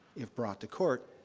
if brought to court,